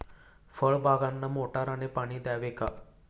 फळबागांना मोटारने पाणी द्यावे का?